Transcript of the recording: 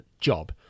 job